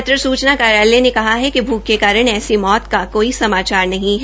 पत्र सूचना कार्यालय ने कहा है कि भूख के कारण ऐसी मौत का कोई समाचार नहीं है